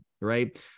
right